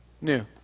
new